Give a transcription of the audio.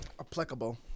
Applicable